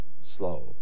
slow